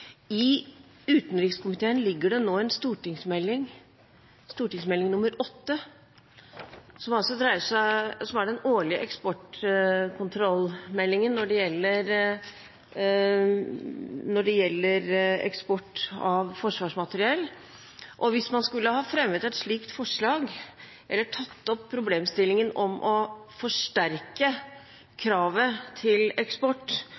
i utenrikskomiteen ligger det nå en stortingsmelding – Meld. St. 8 – som er den årlige eksportkontrollmeldingen for eksport av forsvarsmateriell. Hvis man skulle ha fremmet et slikt forslag, eller tatt opp problemstillingen om å forsterke kravet til eksport